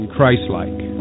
Christ-like